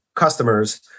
customers